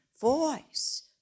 voice